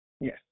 Yes